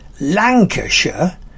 Lancashire